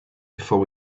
before